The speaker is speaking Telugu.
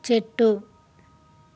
చెట్టు